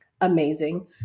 Amazing